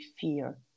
fear